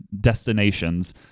destinations